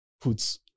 puts